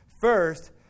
First